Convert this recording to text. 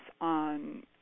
on